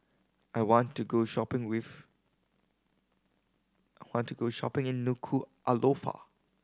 I want to go shopping with I want to go shopping in Nuku'alofa